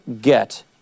get